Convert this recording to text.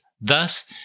thus